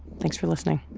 thanks for listening